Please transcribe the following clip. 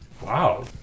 Wow